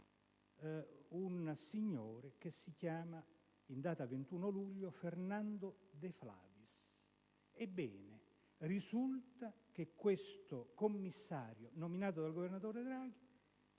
un signore che si chiama Fernando de Flaviis. Ebbene, risulta che questo commissario, nominato dal governatore Draghi,